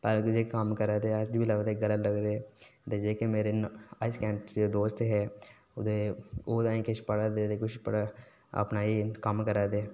अज्ज बी करदे ते लभदे गले मिलदे ते जेह्के मेरे हाई सकैंडरी दे दोस्त हे ते ओह् किश पढ़ै दे ते किश कम्म करै दे